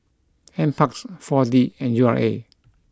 Nparks Four D and U R A